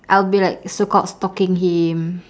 I'll be like so called stalking him